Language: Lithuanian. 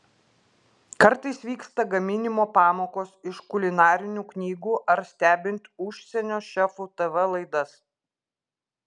kartais vyksta gaminimo pamokos iš kulinarinių knygų ar stebint užsienio šefų tv laidas